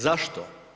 Zašto?